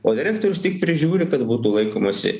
o direktorius tik prižiūri kad būtų laikomasi